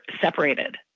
separated